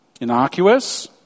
innocuous